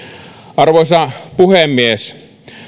arvoisa puhemies